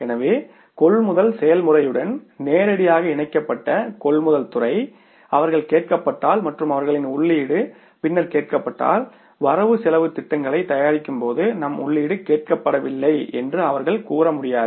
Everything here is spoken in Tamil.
எனவே கொள்முதல் செயல்முறையுடன் நேரடியாக இணைக்கப்பட்ட கொள்முதல் துறை அவர்கள் கேட்கப்பட்டால் மற்றும் அவர்களின் உள்ளீடு பின்னர் கேட்கப்பட்டால் வரவு செலவுத் திட்டங்களைத் தயாரிக்கும் போது நம் உள்ளீடு கேட்கப்படவில்லை என்று அவர்கள் கூற முடியாது